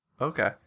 Okay